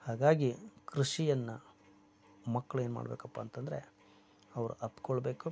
ಹಾಗಾಗಿ ಕೃಷಿಯನ್ನು ಮಕ್ಕಳು ಏನು ಮಾಡಬೇಕಪ್ಪ ಅಂತಂದರೆ ಅವ್ರು ಅಪ್ಪಿಕೊಳ್ಬೇಕು